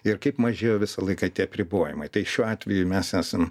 ir kaip mažėjo visą laiką tie apribojimai tai šiuo atveju mes esam